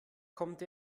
kommt